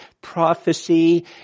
prophecy